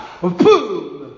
Boom